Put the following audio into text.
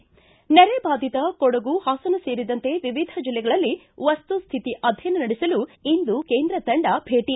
ಿ ನೆರೆಬಾಧಿತ ಕೊಡಗು ಹಾಸನ ಸೇರಿದಂತೆ ವಿವಿಧ ಜಿಲ್ಲೆಗಳಲ್ಲಿ ವಸ್ತುಶ್ಶಿತಿ ಅಧ್ಯಯನ ನಡೆಸಲು ಇಂದು ಕೇಂದ್ರ ತಂಡ ಭೇಟಿ